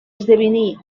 esdevenir